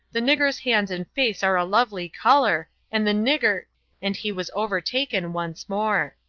the nigger's hands and face are a lovely colour and the nigger and he was overtaken once more.